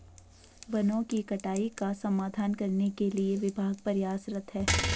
वनों की कटाई का समाधान करने के लिए विभाग प्रयासरत है